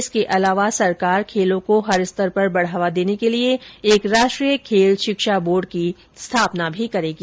इसके अलावा सरकार खेलों को हर स्तर पर बढ़ावा देने के लिए एक राष्ट्रीय खेल शिक्षा बोर्ड की स्थापना भी करेगी